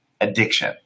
addiction